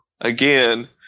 again